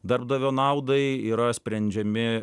darbdavio naudai yra sprendžiami